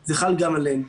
זה חל גם עלינו.